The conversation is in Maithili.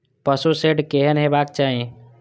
पशु शेड केहन हेबाक चाही?